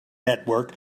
network